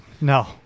No